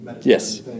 Yes